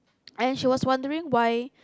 and she was wondering why